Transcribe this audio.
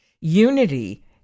unity